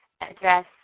address